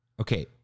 Okay